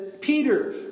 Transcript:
Peter